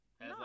No